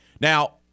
Now